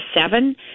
seven